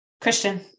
Christian